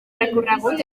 recorregut